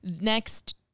next